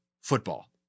football